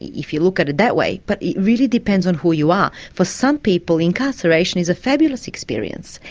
if you look at it that way, but it really depends on who you are. for some people, incarceration is a fabulous experience.